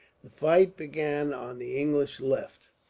the fight began on the english left.